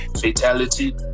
Fatality